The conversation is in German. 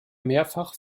mehrfach